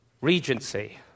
regency